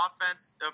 offense